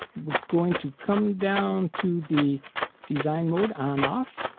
going to come down to the design mode on off